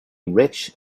rich